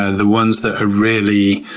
ah the ones that are really